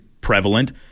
prevalent